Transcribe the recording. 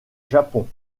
japon